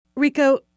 Rico